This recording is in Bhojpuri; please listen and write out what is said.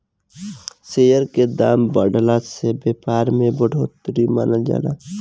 शेयर के दाम के बढ़ला से व्यापार में बढ़ोतरी मानल जाला